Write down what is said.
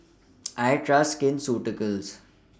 I Trust Skin Ceuticals